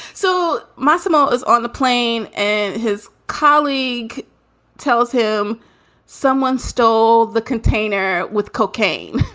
so massimo is on the plane and his colleague tells him someone stole the container with cocaine.